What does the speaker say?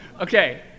okay